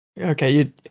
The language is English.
Okay